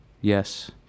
Yes